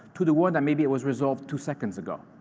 to the one that maybe it was resolved two seconds ago.